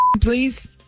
please